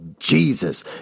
Jesus